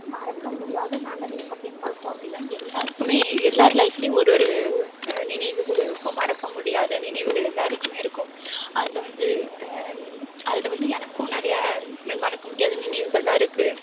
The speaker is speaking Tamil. மறக்க முடியாத மெமரிஸ் அப்படின்னு பார்த்தோம் அப்படின்னா எல்லோருக்குமே எல்லோர் லைஃப்லேயும் ஒரு ஒரு நினைவுகள் இருக்கும் மறக்க முடியாத நினைவுகள் எல்லோருக்குமே இருக்கும் அதில் வந்து அதில் வந்து எனக்கும் நிறையா மறக்க முடியாத நினைவுகள்லாம் இருக்குது